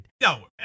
no